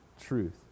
truth